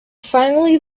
finally